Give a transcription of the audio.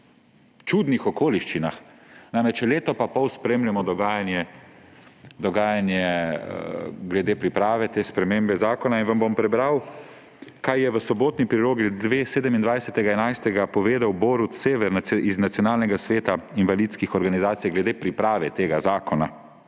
čudnih okoliščinah. Namreč leto pa pol spremljamo dogajanje glede priprave te spremembe zakona in vam bom prebral, kaj je v Sobotni prilogi 27. 11. povedal Borut Sever iz Nacionalnega sveta invalidskih organizacij glede priprave tega zakona.